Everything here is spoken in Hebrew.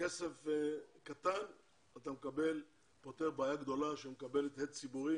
כסף קטן ואתה פותר בעיה גדולה שמקבלת הד ציבורי